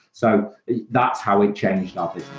so that's how we changed our